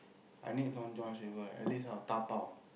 I need Long-John-Silvers at least I'll dabao